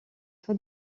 soi